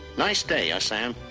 nice day, ah sam